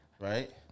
Right